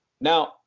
Now